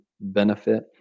benefit